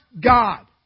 God